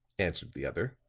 answered the other.